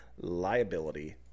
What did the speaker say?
Liability